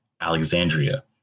alexandria